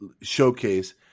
showcase